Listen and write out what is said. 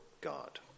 God